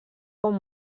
com